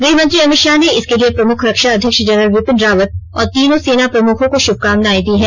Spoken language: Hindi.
गृहमंत्री अमित शाह ने इसके लिए प्रमुख रक्षा अध्यक्ष जनरल बिपिन रावत और तीनों सेना प्रमुखों को शुभकामनाएं दी हैं